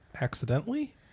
Accidentally